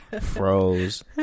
Froze